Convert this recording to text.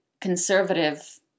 conservative